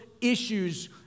issues